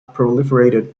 proliferated